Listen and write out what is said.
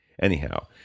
anyhow